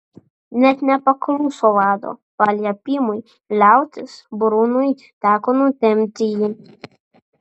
net nepakluso vado paliepimui liautis brunui teko nutempti jį